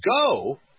go